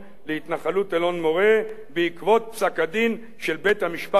אלון-מורה בעקבות פסק-הדין של בית-המשפט הגבוה לצדק".